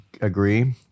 agree